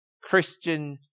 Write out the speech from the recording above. Christian